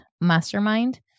mastermind